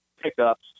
pickups